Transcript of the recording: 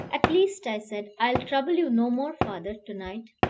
at least, i said, i will trouble you no more, father, to-night.